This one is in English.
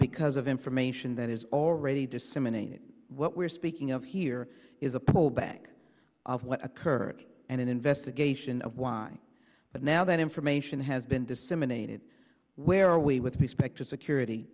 because of information that is already disseminated what we're speaking of here is a pullback of what occurred and an investigation of why but now that information has been disseminated where are we with respect to